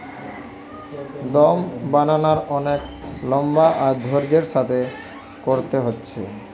মদ বানানার অনেক লম্বা আর ধৈর্য্যের সাথে কোরতে হচ্ছে